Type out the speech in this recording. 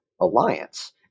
alliance